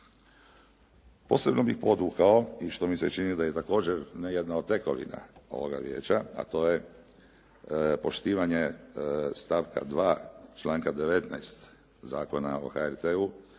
Posebno bih podvukao i što mi se čini da je također ne jedna od tekovina ovoga vijeća a to je poštivanje stavka 2. članka 19. Zakona o HRT-u